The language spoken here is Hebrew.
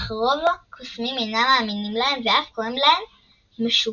אך רוב הקוסמים אינם מאמינים להם ואף קוראים להם 'משוגעים'.